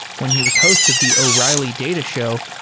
when he was host of the o'reilly data show,